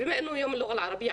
היות וזה יום השפה הערבית,